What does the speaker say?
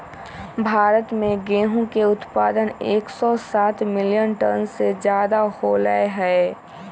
भारत में गेहूं के उत्पादन एकसौ सात मिलियन टन से ज्यादा होलय है